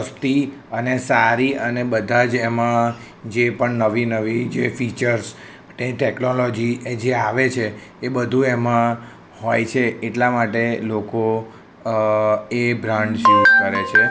સસ્તી અને સારી અને બધાજ એમાં જે પણ નવી નવી જે ફીચર્સ એ ટેકનોલોજી જે આવે છે એ બધું એમાં હોય છે એટલા માટે લોકો એ બ્રાન્ડ્સ યુઝ કરે છે